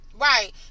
Right